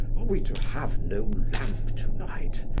are we to have no lamp to-night?